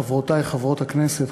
חברותי חברות הכנסת,